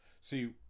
See